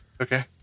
Okay